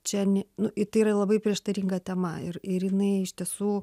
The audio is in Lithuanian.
čia ne nu i tai yra labai prieštaringa tema ir ir jinai iš tiesų